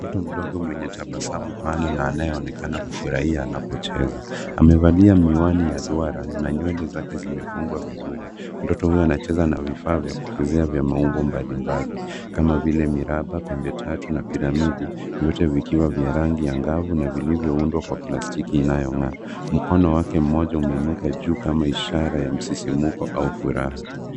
Mtoto mdogo mwenye tabasamu pana na anayeonekana kufurahia anapocheza. Amevalia miwani ya duara na nywele zake zimefungwa vizuri. Mtoto huyo anacheza na vifaa vya kuchezea vya maumbo mbalimbali kama vile miraba pembe tatu na piramidi. Vyote vikiwa vya rangi angavu na vilivyoundwa kwa plastiki inayong'aa. Mkono wake mmoja umeinuka juu kama ishara ya msisimuko au furaha.